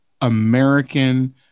American